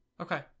okay